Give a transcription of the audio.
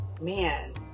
man